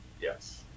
Yes